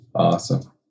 Awesome